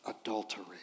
adultery